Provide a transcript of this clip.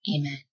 amen